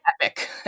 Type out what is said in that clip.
epic